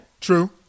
True